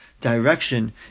direction